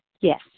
Yes